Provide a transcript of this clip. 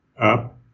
up